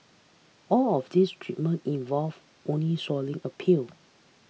all of these treatments involve only swallowing a pill